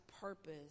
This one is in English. purpose